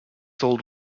sold